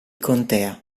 contea